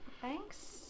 thanks